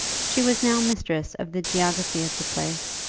she was now mistress of the geography of the place.